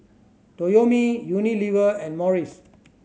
Toyomi Unilever and Morries